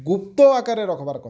ଗୁପ୍ତ ଆକାରରେ ରଖ୍ବାର୍ କଥା